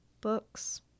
books